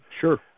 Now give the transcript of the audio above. Sure